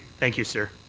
thank you, sir.